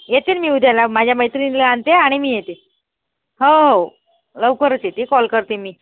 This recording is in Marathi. येते न मी उद्याला माझ्या मैत्रिणीला आणते आणि मी येते हो लौकरच येते कॉल करते मी